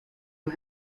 and